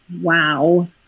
wow